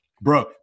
bro